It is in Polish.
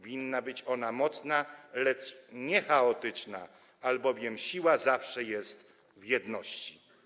Winna być ona mocna, lecz nie chaotyczna, albowiem siła zawsze jest w jedności.